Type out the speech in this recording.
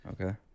okay